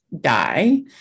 die